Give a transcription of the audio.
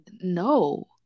no